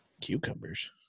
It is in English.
Cucumbers